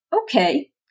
okay